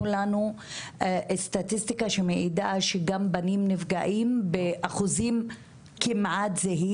לנו סטטיסטיקה שמעידה על כך שגם בנים נפגעים באחוזים כמעט זהים.